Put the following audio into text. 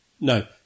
No